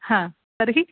हा तर्हि